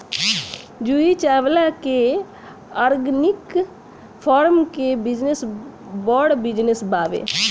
जूही चावला के organic farm के बहुते बड़ बिजनस बावे